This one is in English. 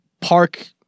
park